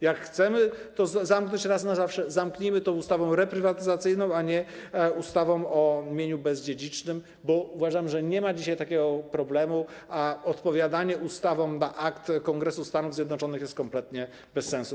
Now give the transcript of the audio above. Jak chcemy to zamknąć raz na zawsze, zamknijmy to ustawą reprywatyzacyjną, a nie ustawą o mieniu bezdziedzicznym, bo uważam, że nie ma dzisiaj takiego problemu, a odpowiadanie ustawą na akt Kongresu Stanów Zjednoczonych jest kompletnie bez sensu.